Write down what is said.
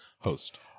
host